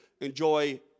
enjoy